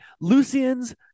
Lucian's